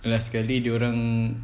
last sekali dia orang